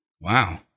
Wow